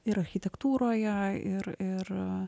ir architektūroje ir ir